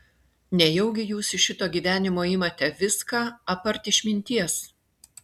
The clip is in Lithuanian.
nejaugi jūs iš šito gyvenimo imate viską apart išminties